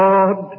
God